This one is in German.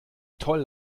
toll